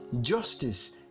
justice